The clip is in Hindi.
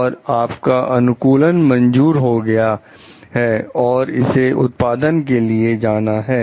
और आपका अनुकूलन मंजूर हो गया है और इसे उत्पादन के लिए जाना है